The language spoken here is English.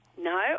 No